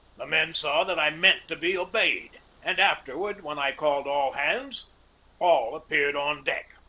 the men saw that i meant to be obeyed, and afterward when i called all hands all appeared on deck.